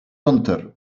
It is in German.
runter